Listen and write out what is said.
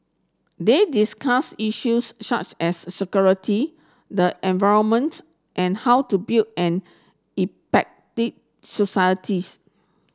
they discussed issues such as security the environment and how to build an societies